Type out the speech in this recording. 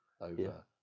over